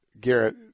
Garrett